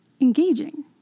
engaging